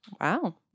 Wow